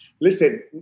Listen